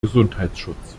gesundheitsschutz